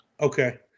Okay